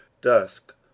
dusk